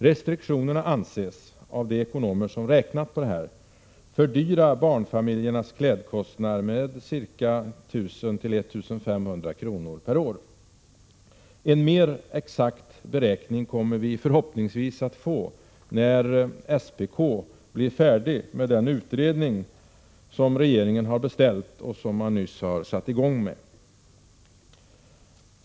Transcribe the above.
Restriktionerna anses, av de ekonomer som räknat på detta, fördyra barnfamiljernas klädkostnader med 1 000-1 500 kr. per år. En mer exakt beräkning kommer vi förhoppningsvis att få när SPK blir färdig med den utredning som regeringen har beställt och som man nyligen har satt i gång med.